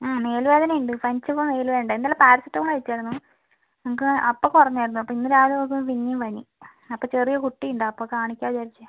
അ മേല് വേദന ഉണ്ട് പനിച്ചപ്പോൾ മേല് വേദന ഉണ്ടായി ഇന്നലെ പാരസെറ്റമോള് കഴിച്ചായിരുന്നു ഞങ്ങൾക്ക് അപ്പോൾ കുറഞ്ഞായിരുന്നു അപ്പോൾ ഇന്ന് രാവിലെ നോക്കുമ്പോൾ പിന്നേയും പനി അപ്പോൾ ചെറിയ കുട്ടി ഉണ്ട് അപ്പോൾ കാണിക്കാമെന്ന് വിചാരിച്ചതാണ്